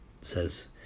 Says